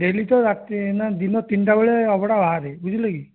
daily ତ ରାତି ଦିନ ତିନିଟାବେଳେ ଅଭଡ଼ା ବାହାରେ ବୁଝିଲେକି